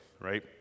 Right